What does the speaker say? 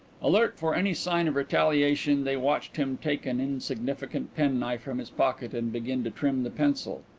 alert for any sign of retaliation, they watched him take an insignificant penknife from his pocket and begin to trim the pencil.